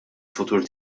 futur